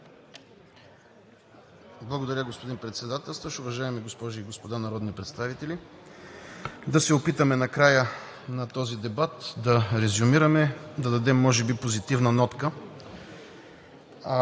Благодаря, господин Председателстващ. Уважаеми госпожи и господа народни представители! Да се опитаме накрая на този дебат да резюмираме, да дадем може би позитивна нотка.